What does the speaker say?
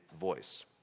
voice